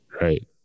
Right